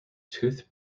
tooth